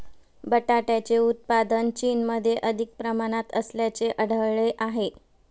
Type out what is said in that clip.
बटाट्याचे उत्पादन चीनमध्ये अधिक प्रमाणात असल्याचे आढळले आहे